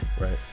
Right